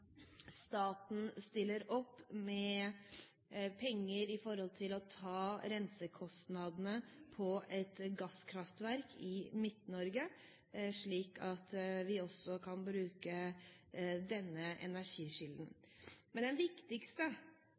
staten stiller opp med penger for å ta rensekostnadene for et gasskraftverk i Midt-Norge, slik at vi også kan bruke denne energikilden. Men den viktigste